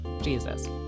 Jesus